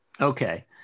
okay